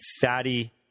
fatty